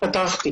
לדבר.